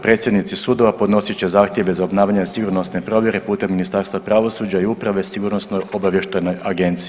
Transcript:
Predsjednici sudova podnosit će zahtjeve za obnavljanje sigurnosne provjere putem Ministarstva pravosuđa i uprave Sigurnosno obavještajnoj agenciji.